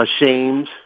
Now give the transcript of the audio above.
ashamed